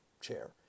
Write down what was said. chair